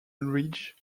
ridge